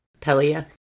Pelia